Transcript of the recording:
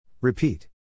Repeat